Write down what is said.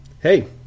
hey